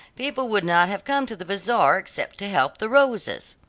people would not have come to the bazaar, except to help the rosas.